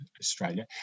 Australia